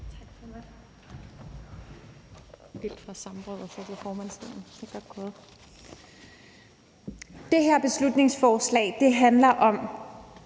Tak, formand. Det her beslutningsforslag handler om,